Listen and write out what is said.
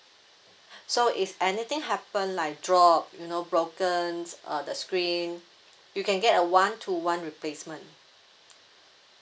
so if anything happen like drop you know broken uh the screen you can get a one to one replacement